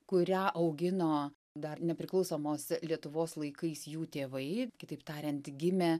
kurią augino dar nepriklausomos lietuvos laikais jų tėvai kitaip tariant gimę